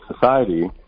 society